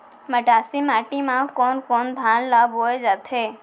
मटासी माटी मा कोन कोन धान ला बोये जाथे?